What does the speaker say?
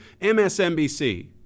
MSNBC